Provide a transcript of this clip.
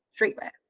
streetwear